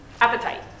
appetite